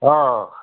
हा